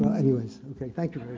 anyways, okay, thank